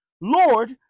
lord